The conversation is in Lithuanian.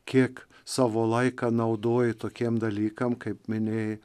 kiek savo laiką naudoji tokiem dalykams kaip minėjai